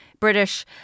British